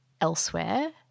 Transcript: elsewhere